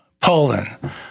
Poland